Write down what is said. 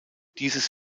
dieses